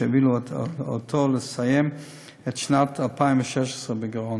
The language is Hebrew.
והן הובילו אותו לסיים את שנת 2016 בגירעון.